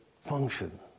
function